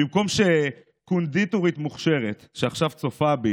במקום שקונדיטורית מוכשרת, שעכשיו צופה בי,